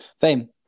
Fame